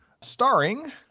Starring